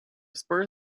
spur